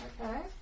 Okay